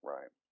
Right